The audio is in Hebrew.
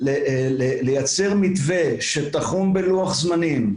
לייצר מתווה שתחום בלוח זמנים,